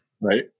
Right